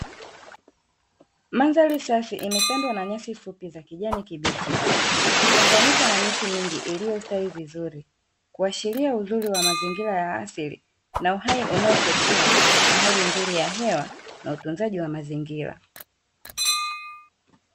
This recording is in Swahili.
Mandhari safi imetandwa na nyasi fupi za kijani kibichi, zikichanganyika na miti mingi iliyostawi vizuri. Kuashiria uzuri wa mazingira ya asili, na uhai unaochochewa na hali nzuri ya hewa, na utunzaji wa mazingira.